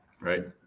Right